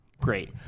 Great